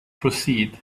proceed